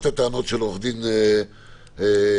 את ההסתכלות שלכם שוב,